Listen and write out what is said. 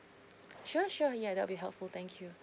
sure sure ya that'll be helpful thank you